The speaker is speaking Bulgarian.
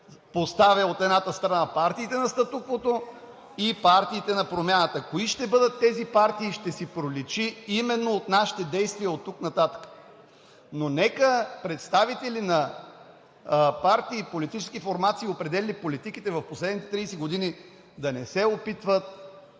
поставя, от едната страна партиите на статуквото, и партиите на промяната. Кои ще бъдат тези партии ще си проличи именно от нашите действия оттук нататък, но нека представители на партии и политически формации, определяли политиките в последните 30 години, да не се опитват